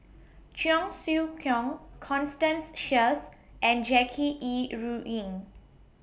Cheong Siew Keong Constance Sheares and Jackie Yi Ru Ying